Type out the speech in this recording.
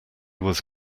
was